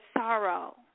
sorrow